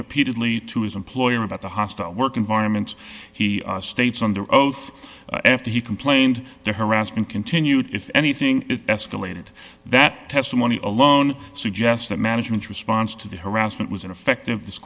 repeatedly to his employer about the hostile work environment he states under oath after he complained the harassment continued if anything it escalated that testimony alone suggests that management's response to the harassment was ineffective this